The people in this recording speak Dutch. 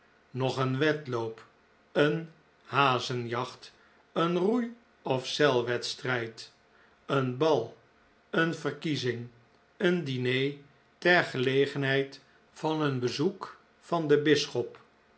noch een wedloop een hazenjacht een roei o zeilwedstrijd een bal een verkiezing een diner ter gelegenheid van een bezoek van den bisschop